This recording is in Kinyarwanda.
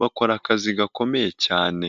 bakora akazi gakomeye cyane.